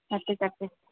thirty thirty